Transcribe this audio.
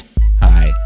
Hi